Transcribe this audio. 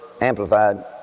amplified